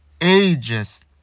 ages